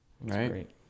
Right